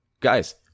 Guys